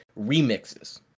remixes